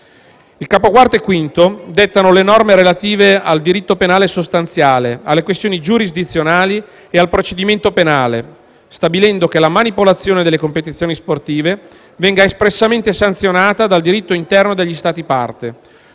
I capi IV e V dettano le norme relative al diritto penale sostanziale, alle questioni giurisdizionali e al procedimento penale, stabilendo che la manipolazione delle competizioni sportive venga espressamente sanzionata dal diritto interno degli Stati parte,